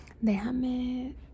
Déjame